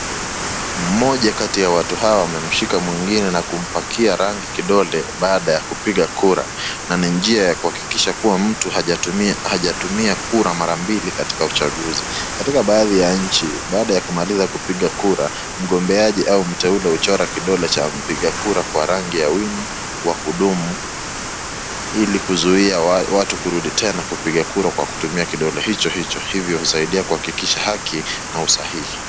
Mmoja kati ya watu hawa amemshika mwingine na kumpakia rangi kidole baada ya kupiga kura, na ni njia ya kuhakikisha mtu hajatumia kura mara mbili katika uchaguzi. Katika baadhi ya nchi baada ya kumaliza kupiga kura mgombeaji au mteule huchora kidole che mpiga kura kwa rangi ya wino wa kudumu ili kuzuia watu kurudia tena kupiga kura kwa kutumia kidole hicho hicho hicho hivyo husadia kudumisha haki na usahihi.